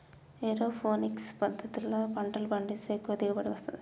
aeroponics పద్దతిల పంటలు పండిస్తే ఎక్కువ దిగుబడి వస్తది